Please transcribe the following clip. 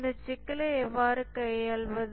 இந்த சிக்கலை எவ்வாறு கையாள்வது